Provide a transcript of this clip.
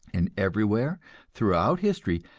and everywhere throughout history,